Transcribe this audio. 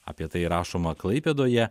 apie tai rašoma klaipėdoje